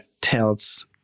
tells